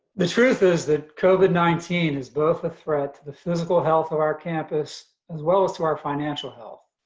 the truth is that covid nineteen is both a threat to the physical health of our campus as well as to our financial health.